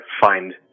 find